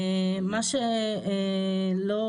מה שלא